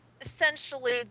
essentially